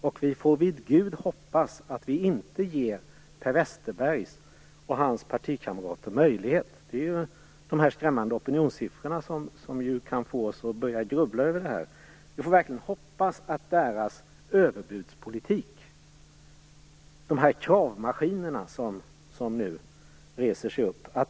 De skrämmande opinionssiffrorna kan få oss att grubbla, men vi får vid Gud hoppas att Per Westerberg och hans partikamrater inte får genomslag för sin överbudspolitik, dessa kravmaskiner som reser sig.